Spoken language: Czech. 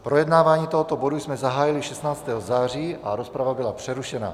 Projednávání tohoto bodu jsme zahájili 16. září a rozprava byla přerušena.